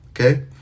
Okay